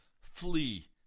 flee